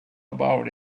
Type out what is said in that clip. about